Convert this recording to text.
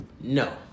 No